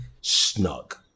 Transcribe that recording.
snug